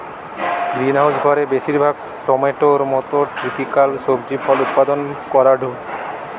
greenhouse ঘরে বেশিরভাগ টমেটোর মতো ট্রপিকাল সবজি ফল উৎপাদন করাঢু